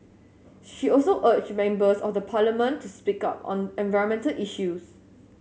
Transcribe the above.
she also urged members of the Parliament to speak up on environment issues